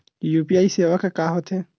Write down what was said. UPI सेवा का होथे?